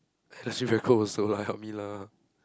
and actually very cold also lah help me lah